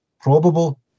probable